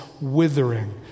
withering